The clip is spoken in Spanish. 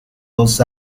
dos